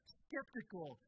skeptical